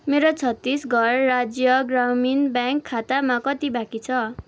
मेरो छत्तिसगढ राज्य ग्रामीण ब्याङ्क खातामा कति बाँकी छ